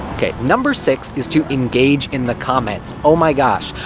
ok, number six is to engage in the comments. oh my gosh,